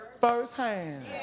firsthand